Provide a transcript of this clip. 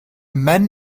man